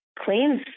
claims